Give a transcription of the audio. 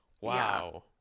wow